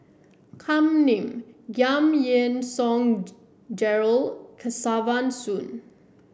Kam Ning Giam Yean Song Gerald Kesavan Soon